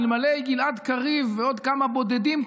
אלמלא גלעד קריב ועוד כמה בודדים,